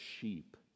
sheep